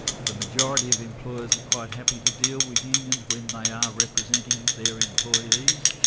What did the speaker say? the majority of employers are quite happy to deal with unions when they are representing their employees,